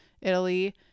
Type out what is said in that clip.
Italy